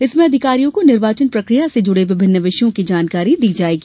इसमें अधिकारियों को निर्वाचन प्रक्रिया से जुड़े विभिन्न विषयों की जानकारी दी जाएगी